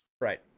Right